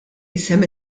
isem